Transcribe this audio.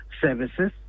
services